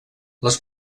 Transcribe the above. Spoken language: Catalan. les